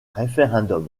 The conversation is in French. référendum